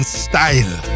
style